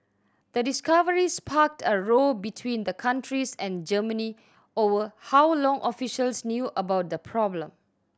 the discovery sparked a row between the countries and Germany over how long officials knew about the problem